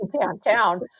downtown